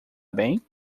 bem